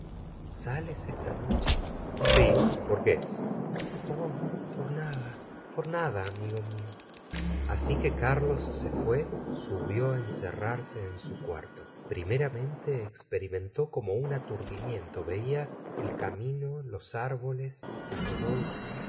esta noche sf por qué i oh por nada por nada amigo mío así que carlos se fué subió á encerrarse en su cuarto primeramente experimentó como un aturdimiento veía el camino los árboles ti rodolfo